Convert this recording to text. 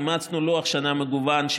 אימצנו לוח שנה מגוון,